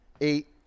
eight